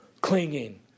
clinging